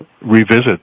revisit